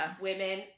women